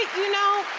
you know,